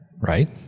right